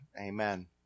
Amen